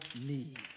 need